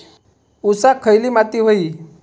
ऊसाक खयली माती व्हयी?